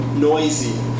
Noisy